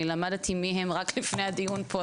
אני למדתי מי הם רק לפני הדיון פה,